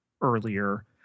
earlier